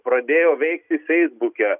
pradėjo veikti feisbuke